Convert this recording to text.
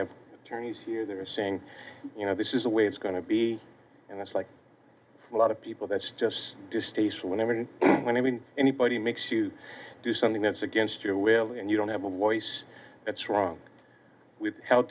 have tourney's here they're saying you know this is the way it's going to be and that's like a lot of people that's just distasteful when i mean when i mean anybody makes you do something that's against your will and you don't have a voice that's wrong with